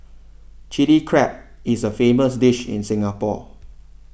Chilli Crab is a famous dish in Singapore